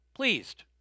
pleased